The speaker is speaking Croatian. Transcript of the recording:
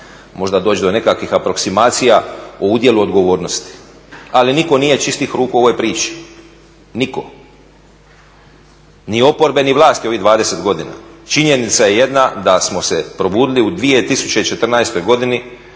možda doći do nekakvih aproksimacija o udjelu odgovornosti. Ali nitko nije čistih ruku u ovoj priči, niko, ni oporba ni vlasti ovih dvadeset godina. Činjenica je jedna da smo se probudili u 2014. godini